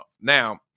Now